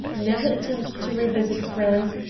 never attempt to revisit france,